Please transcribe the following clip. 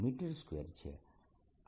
r rr r3140p r